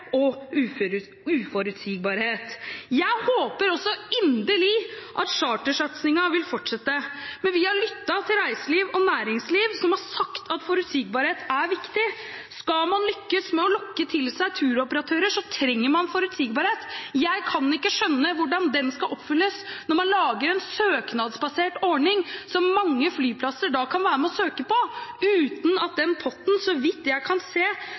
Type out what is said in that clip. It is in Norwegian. og uforutsigbarhet. Jeg håper også inderlig at chartersatsingen vil fortsette, men vi har lyttet til reiseliv og næringsliv som har sagt at forutsigbarhet er viktig. Skal man lykkes med å lokke til seg turoperatører, trenger man forutsigbarhet. Jeg kan ikke skjønne hvordan det skal oppfylles når man lager en søknadsbasert ordning, som mange flyplasser kan være med og søke på, uten at den potten – så vidt jeg kan se